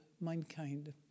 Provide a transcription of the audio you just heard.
mankind